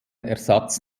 ersatz